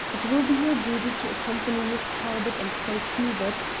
it will be your duty to accompany miss talbot and sir hubert,